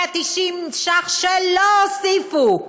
190 מיליון ש"ח שלא הוסיפו,